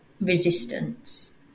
resistance